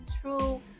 true